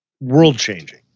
world-changing